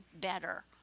better